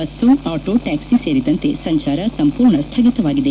bus auto taxi ಸೇರಿದಂತೆ ಸಂಚಾರ ಸಂಪೂರ್ಣ ಸ್ಥಗಿತವಾಗಿದೆ